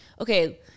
okay